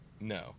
No